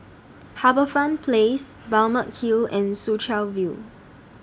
HarbourFront Place Balmeg Hill and Soo Chow View